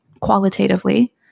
qualitatively